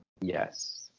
Yes